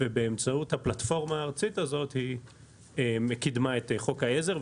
ובאמצעות הפלטפורמה הארצית הזאת היא קידמה את חוק העזר,